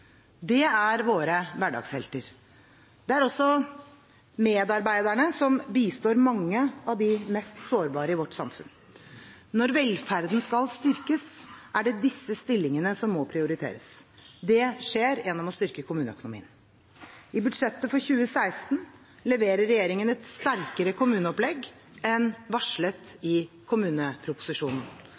er våre hverdagshelter. Det er også medarbeiderne som bistår mange av de mest sårbare i samfunnet. Når velferden skal styrkes, er det disse stillingene som må prioriteres. Det skjer gjennom å styrke kommuneøkonomien. I budsjettet for 2016 leverer regjeringen et sterkere kommuneopplegg enn varslet i kommuneproposisjonen.